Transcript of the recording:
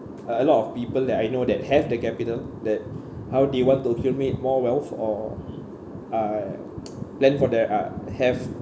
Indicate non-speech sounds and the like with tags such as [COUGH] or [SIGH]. uh a lot of people that I know that have the capital that how do you want to accumulate more wealth or uh [NOISE] plan for the uh have